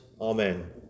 Amen